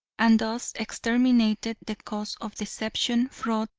and thus exterminated the cause of deception, fraud,